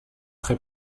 très